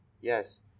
yes